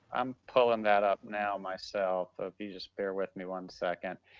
i'm pulling that up now myself, but if you just bear with me one second,